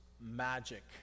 magic